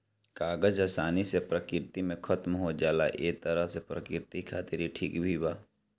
कागज आसानी से प्रकृति में खतम हो जाला ए तरह से प्रकृति खातिर ई ठीक भी बा